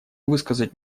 высказать